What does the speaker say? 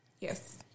Yes